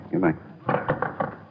Goodbye